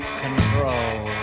control